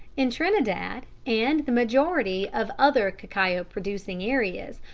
in trinidad and the majority of other cacao-producing areas,